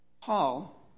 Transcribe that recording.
Paul